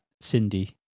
Cindy